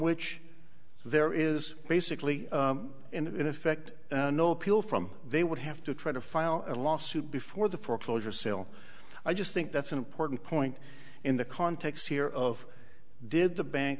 which there is basically in effect no appeal from they would have to try to file a lawsuit before the foreclosure sale i just think that's an important point in the context here of did the bank